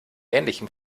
ähnlichem